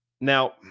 Now